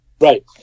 Right